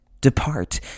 depart